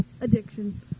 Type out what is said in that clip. addiction